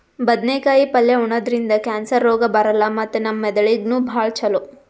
ಬದ್ನೇಕಾಯಿ ಪಲ್ಯ ಉಣದ್ರಿಂದ್ ಕ್ಯಾನ್ಸರ್ ರೋಗ್ ಬರಲ್ಲ್ ಮತ್ತ್ ನಮ್ ಮೆದಳಿಗ್ ನೂ ಭಾಳ್ ಛಲೋ